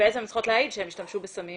בעצם הן צריכות להעיד שהן השתמשו בסמים.